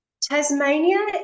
Tasmania